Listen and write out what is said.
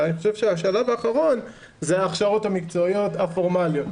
ואני חושב שהשלב האחרון זה ההכשרות המקצועיות הפורמליות,